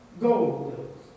gold